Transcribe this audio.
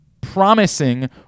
promising